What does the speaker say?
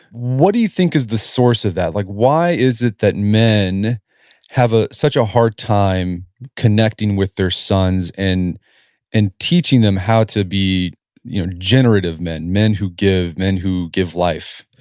what do you think is the source of that? like why is it that men have ah such a hard time connecting with their sons and and teaching them how to be you know generative men, men who give, men who give life?